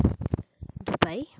Dubai